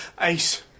Ace